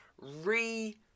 re